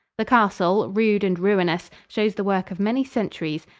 the castle, rude and ruinous, shows the work of many centuries,